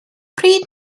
pryd